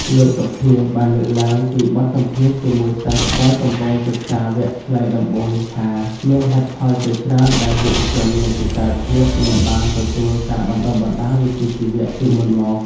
លោក សុខៀង បានលើកឡើងពីបទសម្ភាសន៍ជាមួយសិស្សដែលកំពុងសិក្សាវគ្គខ្លីដំបូងនេះថា មានហេតុផលជាច្រើនដែលយុវជនមានពិការភាពមិនបានទទួលការបណ្តុះបណ្តាលវិជ្ជាជីវៈពីមុនមក។